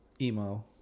Emo